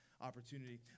opportunity